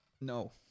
no